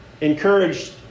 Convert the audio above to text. encouraged